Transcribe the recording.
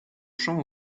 chant